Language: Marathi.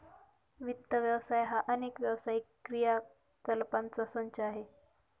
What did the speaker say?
वित्त व्यवसाय हा अनेक व्यावसायिक क्रियाकलापांचा संच आहे